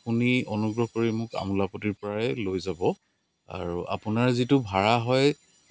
আপুনি অনুগ্ৰহ কৰি মোক আমোলাপতিৰ পৰাই লৈ যাব আৰু আপোনাৰ যিটো ভাড়া হয়